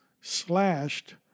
Slashed